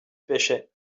pêchais